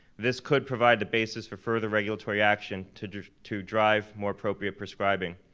this could provide the basis for further regulatory action to to drive more appropriate prescribing.